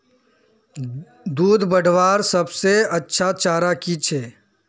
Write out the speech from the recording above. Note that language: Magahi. दूध बढ़वार सबसे अच्छा चारा की छे?